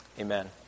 Amen